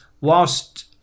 whilst